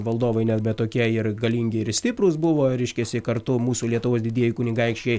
valdovai nebe tokie ir galingi ir stiprūs buvo reiškiasi kartu mūsų lietuvos didieji kunigaikščiai